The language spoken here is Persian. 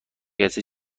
کسی